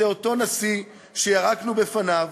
זה אותו נשיא שירקנו בפניו,